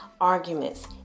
arguments